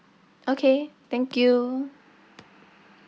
okay thank you